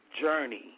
journey